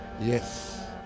Yes